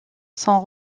sont